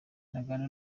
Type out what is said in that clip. ntaganda